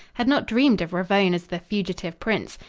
had not dreamed of ravone as the fugitive prince.